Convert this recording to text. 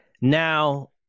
Now